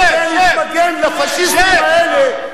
שב, שב.